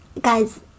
guys